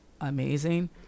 amazing